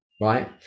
Right